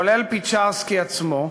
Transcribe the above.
כולל פצ'רסקי עצמו.